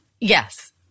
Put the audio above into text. Yes